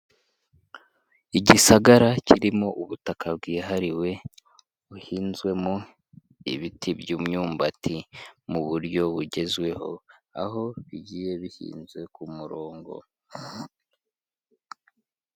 Igisagara kirimo ubutaka bwihariwe, buhinzwemo ibiti by'umyumbati mu buryo bugezweho, aho bigiye bihinze ku murongo.